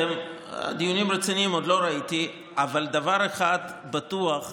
דיונים רציניים עוד לא ראיתי, אבל דבר אחד בטוח,